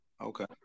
Okay